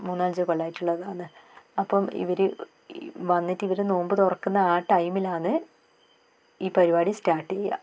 മൂന്ന് അഞ്ച് കൊല്ലമായിട്ടുള്ളതാന്ന് അപ്പം ഇവർ വന്നിട്ട് ഇവർ നോമ്പ് തുറക്കുന്ന ആ ടൈമിലാന്ന് ഈ പരിപാടി സ്റ്റാർട്ട് ചെയ്യുക